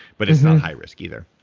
but it's not high-risk either.